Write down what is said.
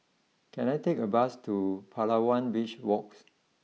can I take a bus to Palawan Beach walks